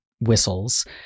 whistles